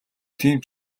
тийм